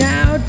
Now